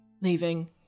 Leaving